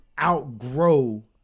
outgrow